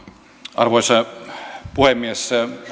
arvoisa puhemies